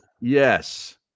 Yes